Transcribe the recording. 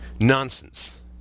nonsense